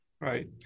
Right